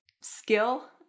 skill-